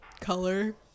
color